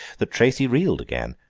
that tracy reeled again.